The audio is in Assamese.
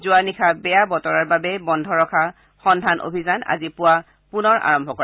যোৱা নিশা বেয়া বতৰৰ বাবে বন্ধ ৰখা হেলিকপ্তাৰ অভিযান আজি পুৱা পুনৰ আৰম্ভ কৰিব